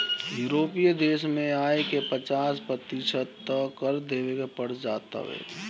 यूरोपीय देस में आय के पचास प्रतिशत तअ कर देवे के पड़ जात हवे